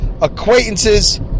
acquaintances